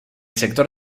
sector